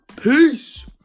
Peace